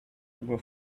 grow